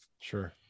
Sure